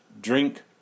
drink